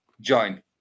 join